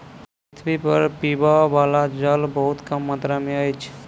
पृथ्वी पर पीबअ बला जल बहुत कम मात्रा में अछि